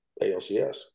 ALCS